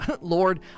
Lord